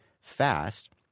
fast